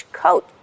coat